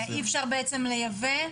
אי אפשר בעצם לייבא.